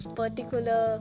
particular